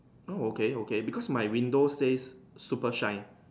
oh okay okay because my windows says super shine